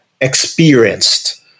experienced